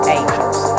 Angels